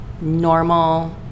normal